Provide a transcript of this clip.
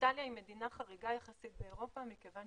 איטליה היא מדינה חריגה יחסית לאירופה, מכיוון